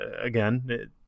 again